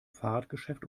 fahrradgeschäft